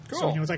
Cool